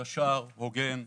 ישר, הוגן,